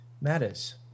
matters